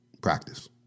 practice